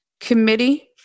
Committee